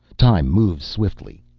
time moves swiftly.